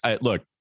Look